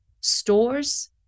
stores